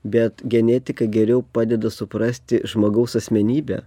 bet genetika geriau padeda suprasti žmogaus asmenybę